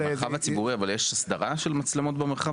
יש הסדרה של מצלמות במרחב הציבורי?